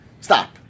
stop